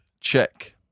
check